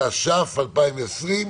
התש"ף-2020,